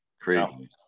Crazy